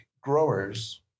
growers